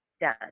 done